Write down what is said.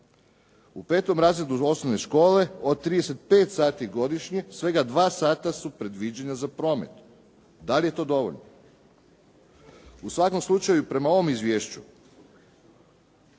U 5. razredu osnovne škole od 35 sati godišnje svega dva sata su predviđena za promet. Da li je to dovoljno? U svakom slučaju, prema ovom izvješću